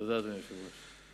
תודה, אדוני היושב-ראש.